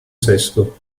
sesto